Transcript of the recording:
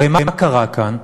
הרי מה קרה כאן?